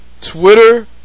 Twitter